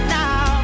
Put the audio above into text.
now